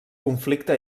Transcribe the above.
conflicte